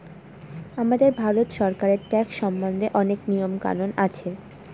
আমাদের ভারত সরকারের ট্যাক্স সম্বন্ধে অনেক নিয়ম কানুন আছে